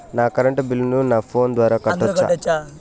నా కరెంటు బిల్లును నా ఫోను ద్వారా కట్టొచ్చా?